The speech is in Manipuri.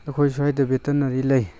ꯑꯩꯈꯣꯏ ꯁ꯭ꯋꯥꯏꯗ ꯚꯦꯇꯅꯔꯤ ꯂꯩ